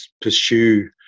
pursue